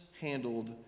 handled